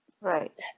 Right